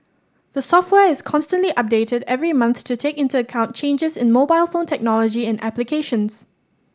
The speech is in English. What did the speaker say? the software is constantly updated every month to take into account changes in mobile phone technology and applications